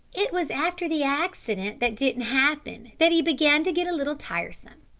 it was after the accident that didn't happen that he began to get a little tiresome,